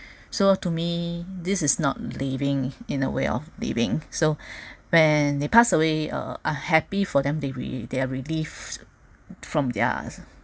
so to me this is not living in a way of living so when they passed away I'm happy for them they re~ they are relieved from their